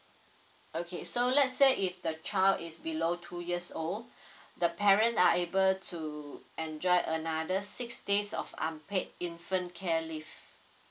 okay so let's say if the child is below two years old the parent are able to enjoy another six days of unpaid infant care leave